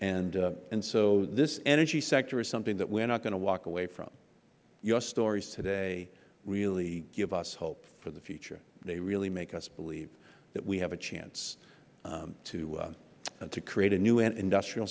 and so this energy sector is something that we are not going to walk away from your stories today really give us hope for the future they really make us believe that we have a chance to create a new industrial